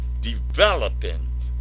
developing